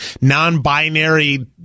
non-binary